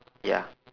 ya